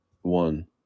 one